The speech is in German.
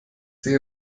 sie